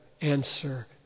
answer